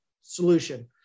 solution